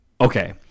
Okay